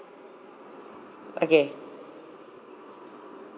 okay